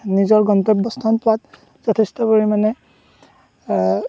নিজৰ গন্তব্য স্থান পোৱাত যথেষ্ট পৰিমাণে